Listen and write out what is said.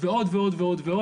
ועוד ועוד ועוד.